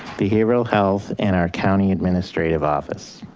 behavioral health, and our county administrative office.